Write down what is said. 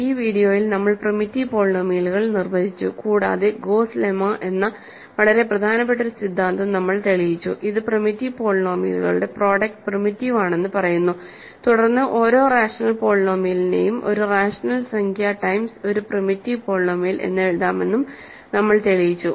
ഈ വീഡിയോയിൽനമ്മൾ പ്രിമിറ്റീവ് പോളിനോമിയലുകൾ നിർവചിച്ചു കൂടാതെ ഗോസ്സ് ലെമ്മ എന്ന വളരെ പ്രധാനപ്പെട്ട ഒരു സിദ്ധാന്തം നമ്മൾ തെളിയിച്ചു അത് പ്രിമിറ്റീവ് പോളിനോമിയലുകളുടെ പ്രോഡക്ട് പ്രിമിറ്റീവ് ആണെന്ന് പറയുന്നു തുടർന്ന് ഓരോ റാഷണൽ പോളിനോമിയലിനെയും ഒരു റാഷണൽ സംഖ്യ ടൈംസ് ഒരു പ്രിമിറ്റീവ് പോളിനോമിയൽ എന്ന് എഴുതാമെന്നും നമ്മൾ തെളിയിച്ചു